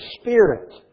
Spirit